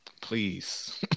Please